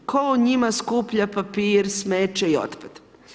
Tko u njima skuplja papir, smeće i otpad?